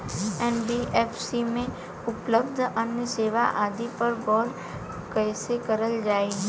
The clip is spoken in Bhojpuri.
एन.बी.एफ.सी में उपलब्ध अन्य सेवा आदि पर गौर कइसे करल जाइ?